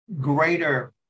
greater